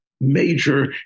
major